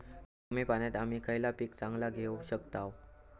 कमी पाण्यात आम्ही खयला पीक चांगला घेव शकताव?